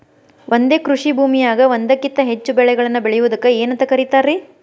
ಒಂದೇ ಕೃಷಿ ಭೂಮಿಯಾಗ ಒಂದಕ್ಕಿಂತ ಹೆಚ್ಚು ಬೆಳೆಗಳನ್ನ ಬೆಳೆಯುವುದಕ್ಕ ಏನಂತ ಕರಿತಾರಿ?